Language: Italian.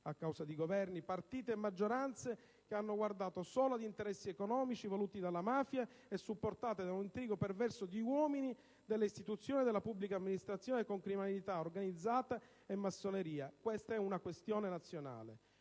a causa di Governi, partiti e maggioranze che hanno guardato solo ad interessi economici voluti dalla mafia, supportate da un intrigo perverso di uomini delle istituzioni e della pubblica amministrazione con criminalità organizzata e massoneria: questa è una questione nazionale.